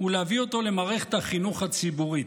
ולהביא אותו למערכת החינוך הציבורית,